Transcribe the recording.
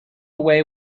away